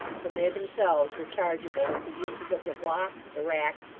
than they themselves were chargeable with the uses of the block, the rack,